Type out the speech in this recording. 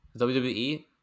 WWE